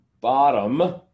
bottom